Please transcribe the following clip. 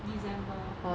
december on